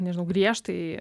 nežinau griežtai